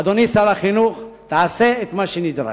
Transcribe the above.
אדוני שר החינוך, תעשה את מה שנדרש.